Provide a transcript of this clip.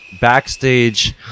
backstage